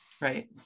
Right